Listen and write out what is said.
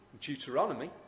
Deuteronomy